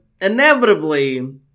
inevitably